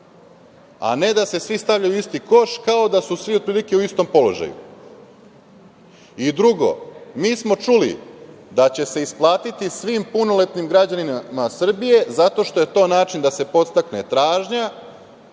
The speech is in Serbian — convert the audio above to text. a ne da se svi stavljaju u isti koš, kao da su svi otprilike u istom položaju? Drugo, mi smo čuli da će se isplati svim punoletnim građanima Srbije zato što je to način da se podstakne tražnja,